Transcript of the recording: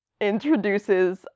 introduces